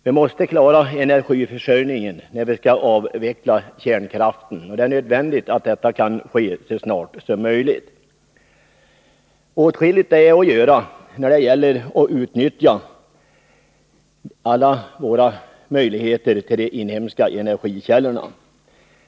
Vi måste klara energiförsörjningen när vi skall avveckla kärnkraften, och det är nödvändigt att detta kan ske så snart som möjligt. Det finns åtskilligt att göra när det gäller att utnyttja alla våra möjligheter i de inhemska energikällorna.